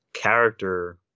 Character